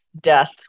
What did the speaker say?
death